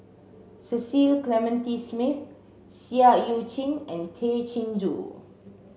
Cecil Clementi Smith Seah Eu Chin and Tay Chin Joo